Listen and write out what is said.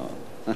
אנחנו,